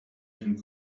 and